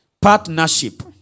partnership